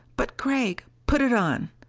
but gregg put it on!